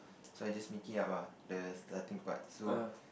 so I just make it up ah the starting part so